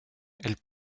elle